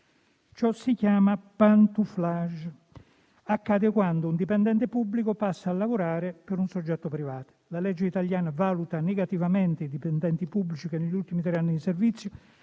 Ciò si chiama *pantouflage*: accade quando un dipendente pubblico passa a lavorare per un soggetto privato. La legge italiana valuta negativamente i dipendenti pubblici che negli ultimi tre anni di servizio